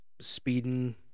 Speeding